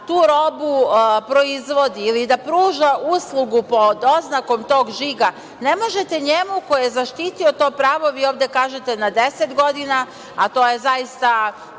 tu robu proizvodi ili da pruža uslugu pod oznakom tog žiga, ne možete njemu ko je zaštitio to pravo, vi ovde kažete na 10 godina, a to je zaista